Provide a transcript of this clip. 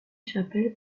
chapelle